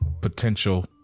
potential